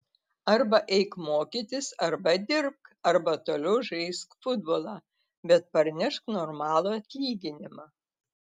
arba eik mokytis arba dirbk arba toliau žaisk futbolą bet parnešk normalų atlyginimą